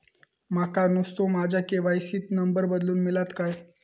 माका नुस्तो माझ्या के.वाय.सी त नंबर बदलून मिलात काय?